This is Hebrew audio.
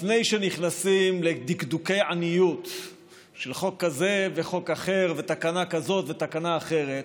לפני שנכנסים לדקדוקי עניות של חוק כזה וחוק אחר ותקנה כזאת ותקנה אחרת,